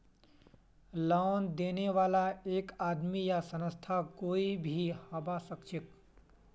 loan देने बाला एक आदमी या संस्था कोई भी हबा सखछेक